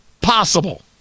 possible